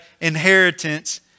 inheritance